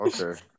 okay